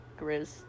Grizz